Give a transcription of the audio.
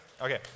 Okay